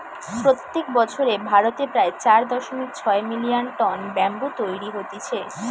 প্রত্যেক বছর ভারতে প্রায় চার দশমিক ছয় মিলিয়ন টন ব্যাম্বু তৈরী হতিছে